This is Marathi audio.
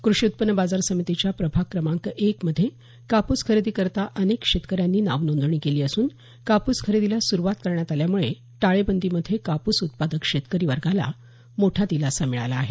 क्रषी उत्पन्न बाजार समितीच्या प्रभाग क्रमांक एक मध्ये कापूस खरेदी करता अनेक शेतकऱ्यांनी नाव नोंदणी केली असून कापूस खरेदीला सुरुवात करण्यात आल्यामुळे टाळेबंदीमध्ये कापूस उत्पादक शेतकरी वर्गाला मोठा दिलासा मिळाला आहे